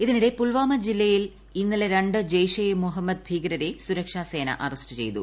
അതിനിടെ പുൽവാമ ജില്ലയിൽ ഇന്നലെ രണ്ട് ജെയ്ഷെ ഇ മുഹമ്മദ് ഭീകരരെ സുരക്ഷാസേന അറസ്റ്റ് ചെയ്തു